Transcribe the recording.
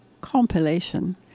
compilation